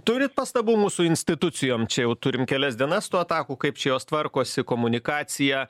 turit pastabų mūsų institucijom čia jau turim kelias dienas tų atakų kaip čia jos tvarkosi komunikacija